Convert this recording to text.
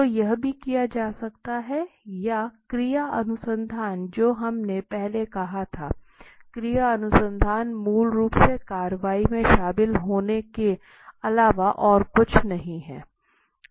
तो यह भी किया जा सकता है या क्रिया अनुसंधान जो हमने पहले कहा था क्रिया अनुसंधान मूल रूप से कार्रवाई में शामिल होने के अलावा और कुछ नहीं है